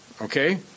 okay